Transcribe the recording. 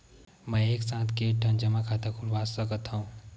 मैं एक साथ के ठन जमा खाता खुलवाय सकथव?